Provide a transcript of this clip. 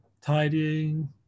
tidying